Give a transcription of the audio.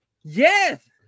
Yes